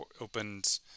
opened